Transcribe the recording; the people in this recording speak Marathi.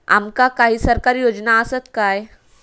आमका काही सरकारी योजना आसत काय?